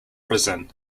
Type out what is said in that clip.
prison